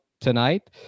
tonight